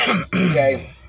okay